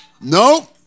No